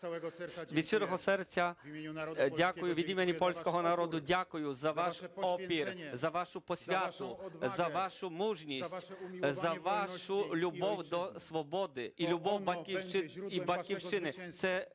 Від щирого серця дякую від імені польського народу, дякую за ваш опір, за вашу посвяту, за вашу мужність, за вашу любов до свободи і любов до Батьківщини, це вона